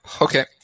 Okay